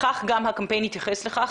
כך גם הקמפיין יתייחס לכך.